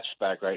right